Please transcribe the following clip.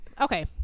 Okay